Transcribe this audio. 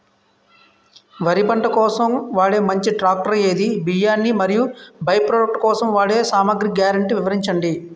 వరి పంట కోత కోసం వాడే మంచి ట్రాక్టర్ ఏది? బియ్యాన్ని మరియు బై ప్రొడక్ట్ కోసం వాడే సామాగ్రి గ్యారంటీ వివరించండి?